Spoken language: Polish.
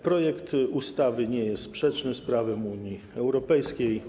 Projekt ustawy nie jest sprzeczny z prawem Unii Europejskiej.